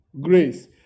grace